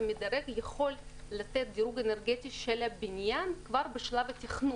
והמדרג יכול לתת דירוג אנרגטי של הבניין כבר בשלב התכנון.